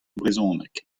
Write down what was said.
brezhoneg